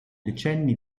decenni